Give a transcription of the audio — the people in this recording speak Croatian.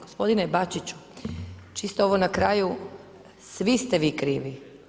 Gospodine Bačiću, čisto ovo na kraju, svi ste vi krivi.